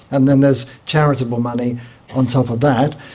and then there's charitable money on top of that.